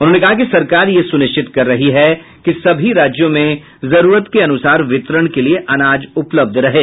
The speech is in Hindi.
उन्होंने कहा कि सरकार यह सूनिश्चित कर रही है कि सभी राज्यों में जरूरत के अनुसार वितरण के लिए अनाज उपलब्ध रहें